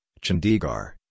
Chandigarh